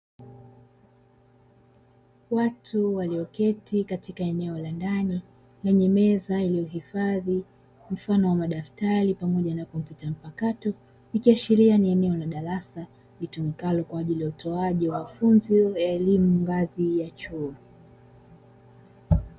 Watu walioketi katika eneo la ndani, lenye meza iliyohifadhi mfano wa madaftari pamoja na kompyuta mpakato. Ikiashiria ni eneo la darasa litumikalo kwa ajili ya utoaji mafunzo ya elimu ngazi ya chuo